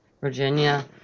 Virginia